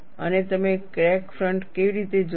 અને તમે crack front કેવી રીતે જોશો